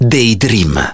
Daydream